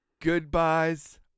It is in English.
Goodbyes